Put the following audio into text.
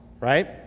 right